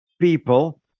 people